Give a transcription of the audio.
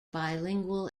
bilingual